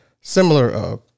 similar